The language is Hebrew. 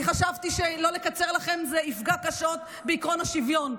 אני חשבתי שלא לקצר לכם זה יפגע קשות בעקרון השוויון.